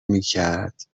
میکرد